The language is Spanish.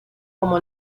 como